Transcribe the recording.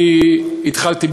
אני התחלתי,